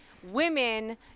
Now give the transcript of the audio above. Women